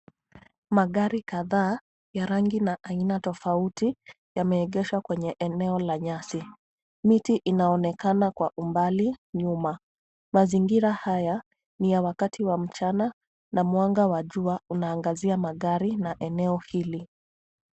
Magari kadhaa ya rangi na aina tofauti, yameegeshwa kwenye eneo la nyasi. Miti inaonekana kwa umbali nyuma. Mazingira haya ni ya wakati wa mchana na mwanga wa jua unaangazia magari na eneo hili.